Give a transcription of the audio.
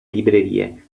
librerie